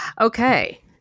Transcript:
Okay